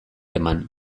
eman